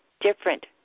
different